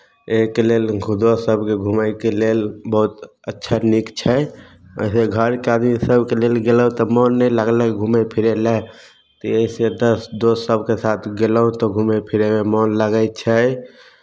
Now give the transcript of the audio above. ओहिके लेल दोस्त सभके घूमयके लेल बहुत अच्छा नीक छै वैसे घरके आदमी सभके लेल गेलहुँ तऽ मोन नहि लगलै घूमय फिरय लए तऽ अइसे दस दोस्त सभके साथ गयलहुँ तऽ घूमय फिरयमे मोन लगै छै